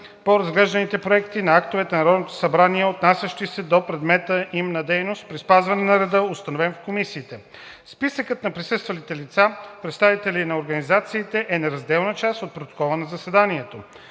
по разглежданите проекти на актове на Народното събрание, отнасящи се до предмета им на дейност, при спазване на реда, установен в комисиите. Списъкът на присъствалите лица, представители на организациите, е неразделна част от протокола на заседанието.